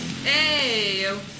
hey